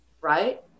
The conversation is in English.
right